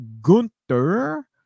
Gunther